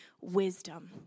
wisdom